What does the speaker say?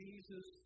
Jesus